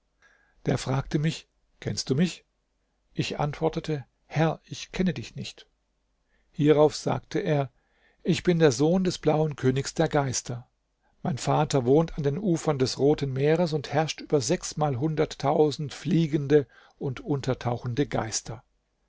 der fragte mich kennst du mich ich antwortete herr ich kenne dich nicht hierauf sagte er ich bin der sohn des blauen königs der geister mein vater wohnt an den ufern des roten meeres und herrscht über sechsmalhunderttausend fliegende und untertauchende geister